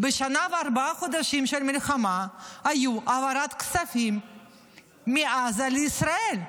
בשנה וארבעה חודשים של מלחמה הייתה העברת כספים מעזה לישראל.